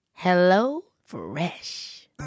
HelloFresh